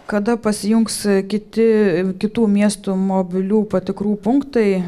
kada pasijungs kiti kitų miestų mobilių patikrų punktai